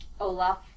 Olaf